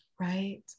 Right